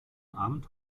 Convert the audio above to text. abend